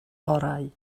orau